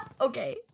Okay